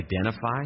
identify